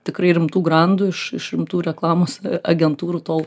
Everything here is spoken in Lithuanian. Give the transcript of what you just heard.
tikrai rimtų grandų iš iš rimtų reklamos agentūrų tol